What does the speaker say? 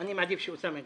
אני מעדיף שאוסאמה ידבר.